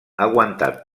aguantat